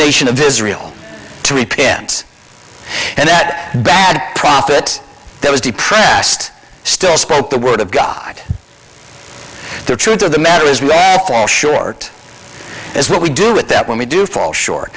nation of israel to repent and that bad prophet that was depressed still spoke the word of god the truth of the matter is short that's what we do with that when we do fall short